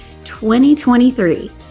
2023